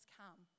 come